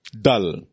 dull